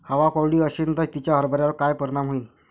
हवा कोरडी अशीन त तिचा हरभऱ्यावर काय परिणाम होईन?